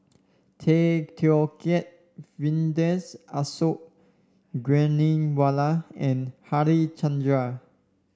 Tay Teow Kiat Vijesh Ashok Ghariwala and Harichandra